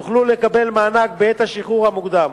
יוכלו לקבל מענק בעת השחרור המוקדם.